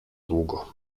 długo